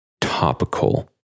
topical